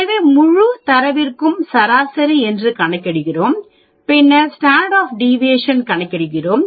எனவே முழு தரவிற்கும் சராசரி என்று கணக்கிடுகிறோம் பின்னர் ஸ்டாண்டர்ட் டிவிஏசன் கணக்கிடுகிறோம்